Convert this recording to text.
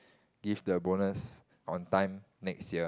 give the bonus on time next year